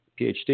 PhD